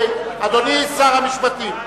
אדוני שר המשפטים,